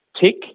tick